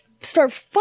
start